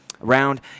round